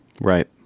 Right